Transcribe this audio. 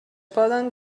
poden